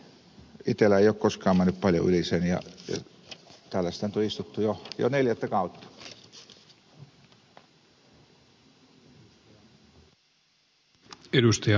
itsellä ei ole koskaan mennyt paljon yli sen ja täällä sitä nyt on istuttu jo neljättä kautta